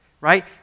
Right